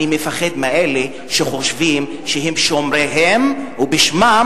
אני מפחד מאלה שחושבים שהם שומריהם ובשמם